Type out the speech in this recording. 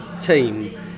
team